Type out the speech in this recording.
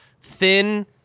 thin